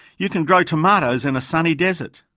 you can grow tomatoes in a sunny desert.